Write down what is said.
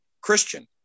Christian